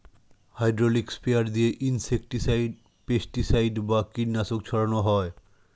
hydraulic sprayer দিয়ে insecticide, pesticide বা কীটনাশক ছড়ান হয়